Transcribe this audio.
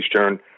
Eastern